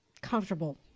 comfortable